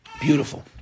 Beautiful